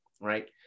right